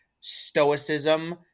stoicism